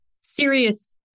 serious